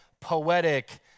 poetic